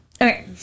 okay